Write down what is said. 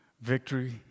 victory